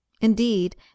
indeed